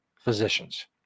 physicians